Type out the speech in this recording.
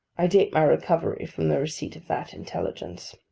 i date my recovery from the receipt of that intelligence.